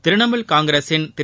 திரிணாமூல் காங்கிரசின் திரு